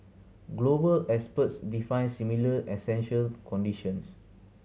global experts define similar essential conditions